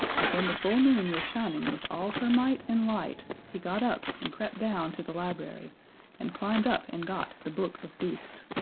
and when the full moon was shining with all her might and light he got up and crept down to the library and climbed up and got the book of beasts.